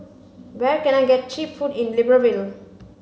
where can I get cheap food in Libreville